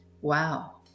Wow